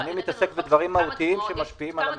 אני מתעסק בדברים מהותיים שמשפיעים על המשק.